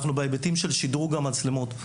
אנחנו בהיבטים של שדרוג המצלמות.